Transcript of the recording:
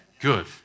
Good